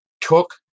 took